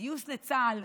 הגיוס לצה"ל,